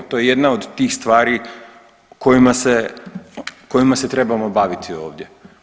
To je jedna od tih stvari kojima se trebamo baviti ovdje.